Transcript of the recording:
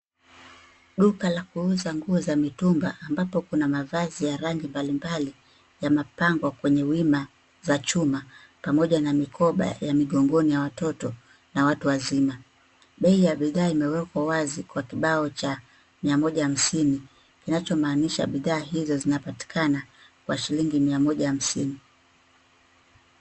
Duka la kuuza nguo za mitumba ambapo kuna mavazi ya rangi mbalimbali yamepangwa kwenye wima za chuma pamoja na mikoba ya migongoni ya watoto na watu wazima. Bei ya bidhaa imewekwa wazi kwa kibao cha mia moja hamsini kinachomaanisha bidhaa hizo zinapatikana kwa shilingi mia moja hamsini.